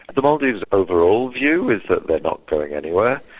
the maldives' overall view is that they're not going anywhere.